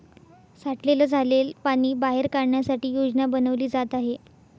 साठलेलं झालेल पाणी बाहेर काढण्यासाठी योजना बनवली जात आहे